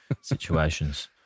situations